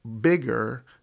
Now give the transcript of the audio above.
bigger